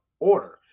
Order